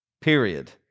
period